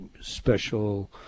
special